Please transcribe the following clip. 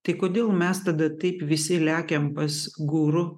tai kodėl mes tada taip visi lekiam pas guru